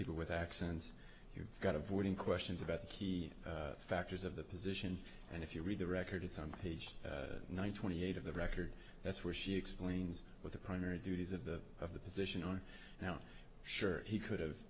people with accents you've got to avoiding questions about key factors of the position and if you read the record it's on page one twenty eight of the record that's where she explains with the primary duties of the of the position on now sure he could